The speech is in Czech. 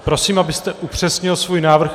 Prosím, abyste upřesnil svůj návrh.